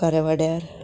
खारेवाड्यार